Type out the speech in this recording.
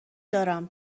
دارم